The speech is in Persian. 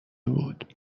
بود